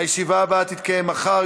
הישיבה הבאה תתקיים מחר,